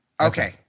Okay